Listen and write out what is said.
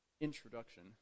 introduction